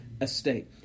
estate